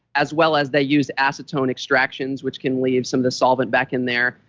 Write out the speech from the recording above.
as well as they used acetone extractions, which can leave some of the solvent back in there.